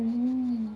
mm